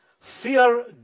fear